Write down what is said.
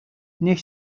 niech